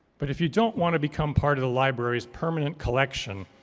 but if you don't want to become part of the library's permanent collection,